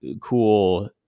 cool